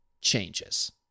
changes